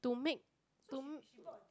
to make to m~